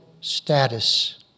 status